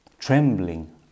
Trembling